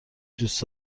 دوست